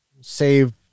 save